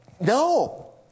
no